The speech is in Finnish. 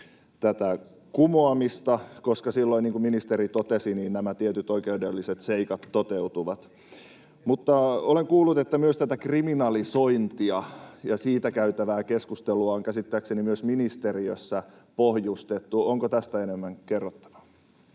tätä kumoamista, koska silloin — niin kuin ministeri totesi — nämä tietyt oikeudelliset seikat toteutuvat. Käsittääkseni — näin olen kuullut — myös kriminalisointia ja siitä käytävää keskustelua on ministeriössä pohjustettu. Onko tästä enemmän kerrottavaa?